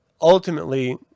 Ultimately